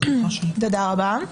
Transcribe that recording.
תודה רבה,